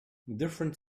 different